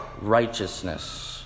righteousness